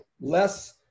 less